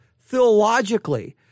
theologically